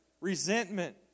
resentment